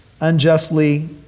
unjustly